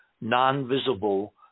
non-visible